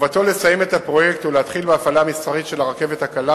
מחובתו לסיים את הפרויקט ולהתחיל בהפעלה מסחרית של הרכבת הקלה